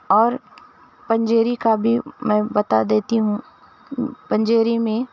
اور پنجیری کا بھی میں بتا دیتی ہوں پنجیری میں